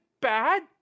bad